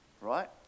right